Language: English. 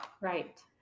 Right